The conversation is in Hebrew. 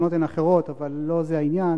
הטענות הן אחרות, אבל לא זה העניין.